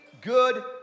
good